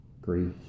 grief